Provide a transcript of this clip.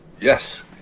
Yes